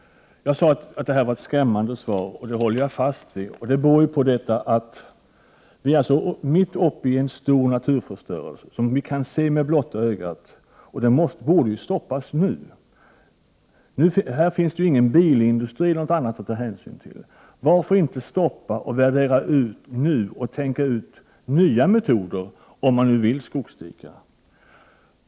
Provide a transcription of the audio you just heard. Jag sade att det här var ett skrämmande svar, och det håller jag fast vid. Det beror ju på att vi befinner oss mitt uppe i en stor miljöförstörelse, som vi kan se med blotta ögat. Den borde ju stoppas nu. Här finns ingen bilindustri eller annat att ta hänsyn till. Varför inte stoppa och utvärdera nu och tänka ut nya metoder, om man vill skogsdika?